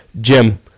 Jim